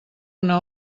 una